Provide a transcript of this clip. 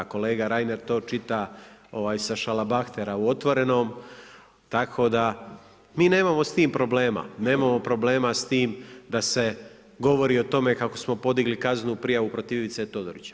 A kolega Reiner to čita sa šalabahtera u Otvorenom, tako da mi nemamo s tim problema, nemamo problema s tim da se govori o tome kako smo podigli kaznenu prijavu protiv Ivice Todorića.